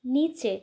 নিচে